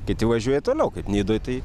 kiti važiuoja toliau kaip nidoj tai